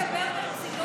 אתה באמת מדבר ברצינות?